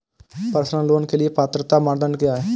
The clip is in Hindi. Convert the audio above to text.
पर्सनल लोंन के लिए पात्रता मानदंड क्या हैं?